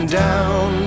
down